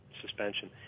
suspension